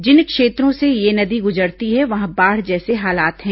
जिन क्षेत्रों से यह नदी गुजरती है वहां बाढ़ जैसे हालात हैं